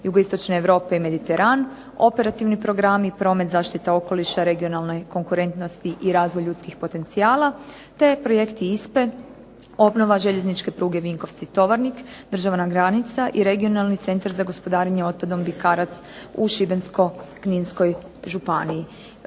Europe i Mediteran, operativni programi, promet, zaštita okoliša, regionalna konkurentnost i razvoj ljudskih potencijala te projekti ISPA-e: obnova željezničke pruge Vinkovci-Tovarnik, državna granica i regionalni centar za gospodarenje otpadom Bikarac u Šibensko-kninskoj županiji.